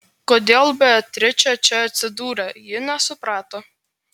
kodėl beatričė čia atsidūrė ji nesuprato